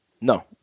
No